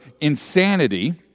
insanity